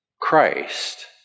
Christ